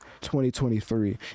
2023